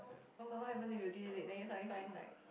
oh but what happens if you dig dig dig then you suddenly find like